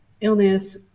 illness